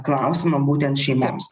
klausimą būtent šeimoms